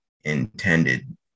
intended